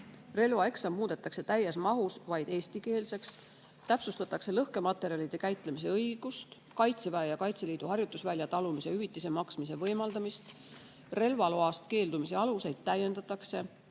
relvaeksam muudetakse täies mahus eestikeelseks, täpsustatakse lõhkematerjalide käitlemise õigust, tehakse Kaitseväe ja Kaitseliidu harjutusvälja talumise hüvitise maksmise võimaldamisega seotud muudatused, relvaloast keeldumise aluseid täiendatakse,